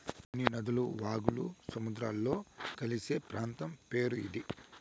అన్ని నదులు వాగులు సముద్రంలో కలిసే ప్రాంతం పేరు ఇది